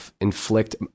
inflict